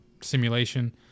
simulation